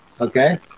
Okay